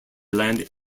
land